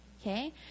Okay